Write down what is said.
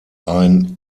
ein